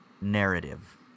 narrative